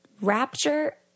Rapture